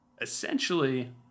Essentially